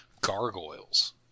Gargoyles